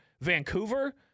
Vancouver